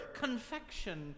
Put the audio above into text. confection